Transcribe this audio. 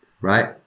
right